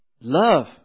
love